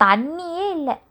தண்ணியே இல்ல:thanniye illa